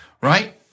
right